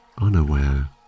unaware